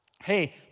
hey